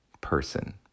person